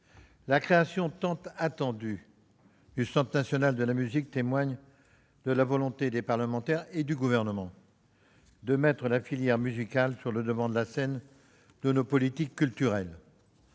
la création tant attendue du Centre national de la musique témoigne de la volonté des parlementaires et du Gouvernement de mettre la filière musicale sur le devant de la scène de nos politiques culturelles.